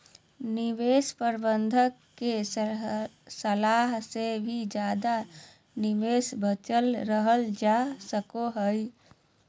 निवेश प्रबंधक के सलाह से भी ज्यादा निवेश से बचल रहल जा सको हय